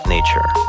Nature